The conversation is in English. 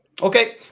Okay